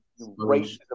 racism